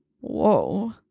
Whoa